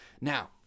Now